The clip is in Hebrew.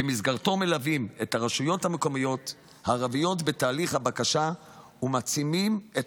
שבמסגרתו מלווים את הרשויות המקומיות הערביות בתהליך הבקשה ומעצימים את